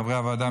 חברי הוועדה,